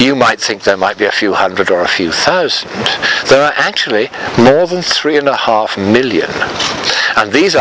you might think there might be a few hundred or a few thousand actually more than three and a half million and these